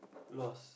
lost